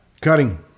Cutting